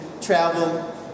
travel